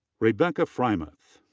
rebecca freimuth.